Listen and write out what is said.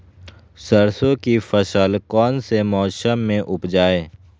सरसों की फसल कौन से मौसम में उपजाए?